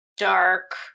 dark